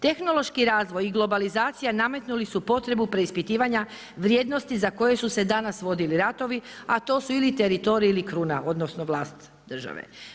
Tehnološki razvoj i globalizacija nametnuli su potrebu preispitivanja vrijednosti za koje su se danas vodili ratovi a to su ili teritoriji ili kruna, odnosno vlast države.